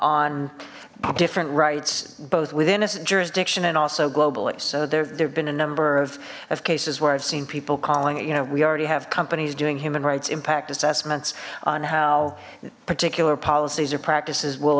on different rights both with innocent jurisdiction and also globally so there there been a number of cases where i've seen people calling it you know we already have companies doing human rights impact assessments on how particular policies or practices will